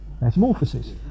Metamorphosis